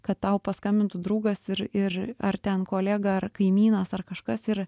kad tau paskambintų draugas ir ir ar ten kolega ar kaimynas ar kažkas ir